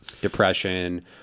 depression